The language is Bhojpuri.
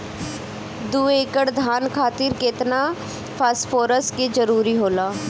दु एकड़ धान खातिर केतना फास्फोरस के जरूरी होला?